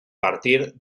partir